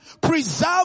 Preserve